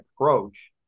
approach